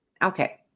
Okay